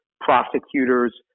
prosecutors